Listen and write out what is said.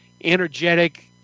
energetic